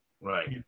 Right